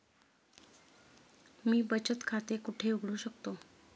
मी बचत खाते कुठे उघडू शकतो?